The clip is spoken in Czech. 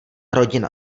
rodina